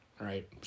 Right